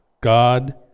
God